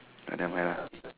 ah never mind lah